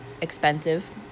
expensive